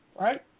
Right